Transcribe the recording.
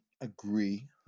agree